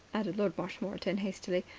added lord marshmoreton hastily.